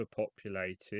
overpopulated